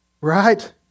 Right